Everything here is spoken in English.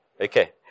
Okay